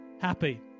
happy